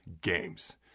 games